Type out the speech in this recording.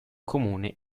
comune